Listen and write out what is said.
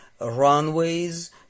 runways